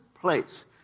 place